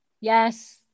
Yes